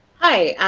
hi,